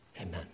Amen